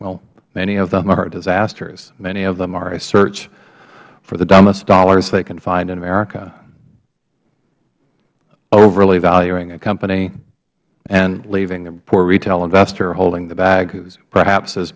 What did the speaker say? well many of them are disastrous many of them are a search for the dumbest dollars they can find in america overly valuing a company and leaving the poor retail investor holding the bag perhaps has